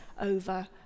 over